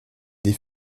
des